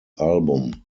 album